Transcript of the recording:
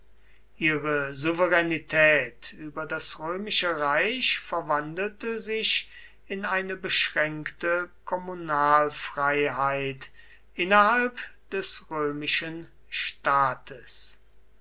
ihre souveränität über das römische reich verwandelte sich in eine beschränkte kommunalfreiheit innerhalb des römischen staates